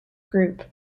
group